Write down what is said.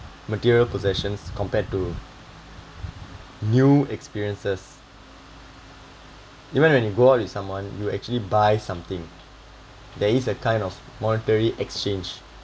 material possessions compared to new experiences even when you go out with someone you actually buy something there is a kind of monetary exchange